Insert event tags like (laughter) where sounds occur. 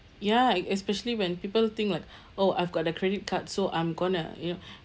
ya e~ especially when people think like oh I've got a credit card so I'm gonna you know (breath)